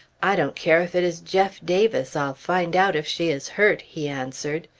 i don't care if it is jeff davis, i'll find out if she is hurt! he answered.